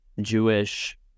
jewish